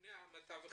מפני המתווכים?